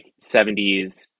70s